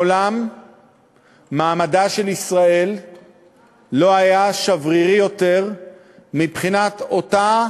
מעולם מעמדה של ישראל לא היה שברירי יותר מבחינת אותה